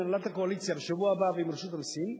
עם הנהלת הקואליציה ועם רשות המסים,